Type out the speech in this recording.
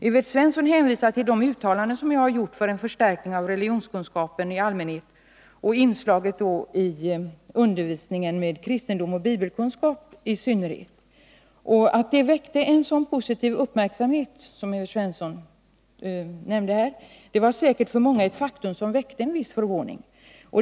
Evert Svensson hänvisar till de uttalanden som jag har gjort för en förstärkning av religionskunskapen i allmänhet och av inslagen med kristendom och av bibelkunskap i synnerhet. Det faktum att de väckte en sådan positiv uppmärksamhet som herr Svensson nämnde, var för många säkert i viss mån förvånande.